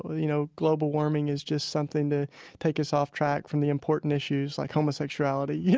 you know, global warming is just something that takes us off track from the important issues, like homosexuality, you